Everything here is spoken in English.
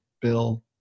bill